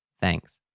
Thanks